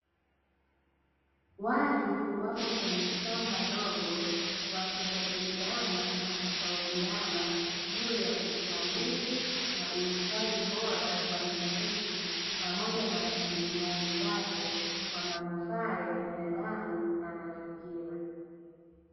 Watu wapo kwenye shamba dogo wakijadiliana na kushauriana juu ya usimamizi na uhifadhi bora wa misitu pamoja na rasimali zake kwa manufaa ya binadamu na mazingira.